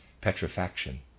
petrifaction